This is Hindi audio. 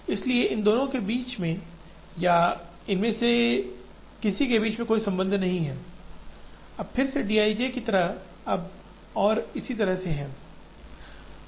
इसलिए इन दोनों के बीच या इनमें से किसी के बीच कोई संबंध नहीं है अब फिर से d i j की तरह अब और इसी तरह से हैं